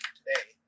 today